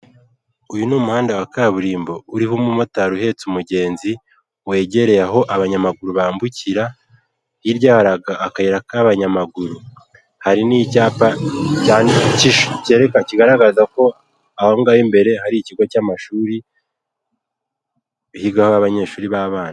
Uyu ni umuhanda wa kaburimbo uriho umumotari uhetse umugenzi, wegereye aho abanyamaguru bambukira hirya yaho hari akayira k'abanyamaguru hari n'icyapa kigaragaza ko aho ngaho imbere hari ikigo cy'amashuri higaho abanyeshuri b'abana.